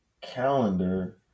calendar